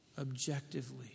objectively